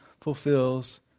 fulfills